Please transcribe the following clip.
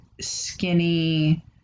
skinny